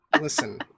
listen